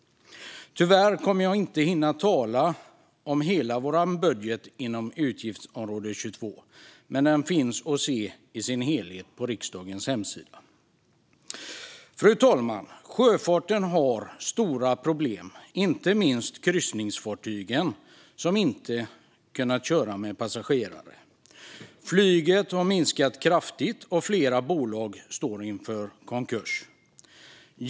Tyvärr kommer jag inte att hinna tala om hela vår budget inom utgiftsområde 22, men den finns att se i sin helhet på riksdagens hemsida. Fru talman! Sjöfarten har stora problem, inte minst kryssningsfartygen som inte kunnat köra med passagerare. Flyget har minskat kraftigt, och flera bolag står inför konkurs.